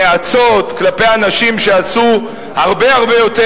נאצות כלפי אנשים שעשו הרבה הרבה יותר